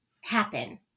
happen